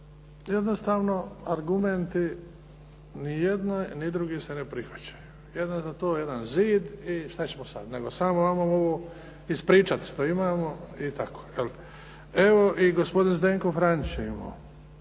jednostavno argumenti ni jedan ni drugi se ne prihvaćaju. Jedino za to jedan zid i što ćemo sad, nego samo hajmo ovo ispričati što imamo i tako. Je li? Evo, i gospodin Zdenko Franić,